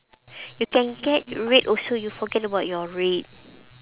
you can get red also you forget about your red